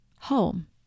home